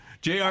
JR